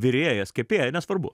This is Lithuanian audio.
virėjas kepėja nesvarbu